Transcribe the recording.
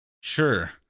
sure